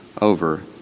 over